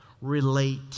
relate